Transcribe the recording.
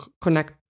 connect